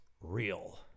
real